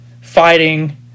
fighting